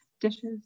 dishes